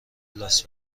لاس